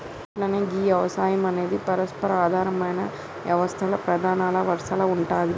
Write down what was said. గట్లనే గీ యవసాయం అనేది పరస్పర ఆధారమైన యవస్తల్ల ప్రధానల వరసల ఉంటాది